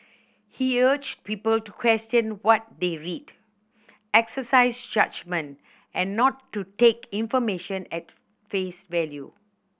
he urged people to question what they read exercise judgement and not to take information at face value